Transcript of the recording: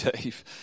Dave